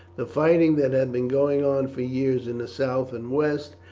the fighting that had been going on for years in the south and west,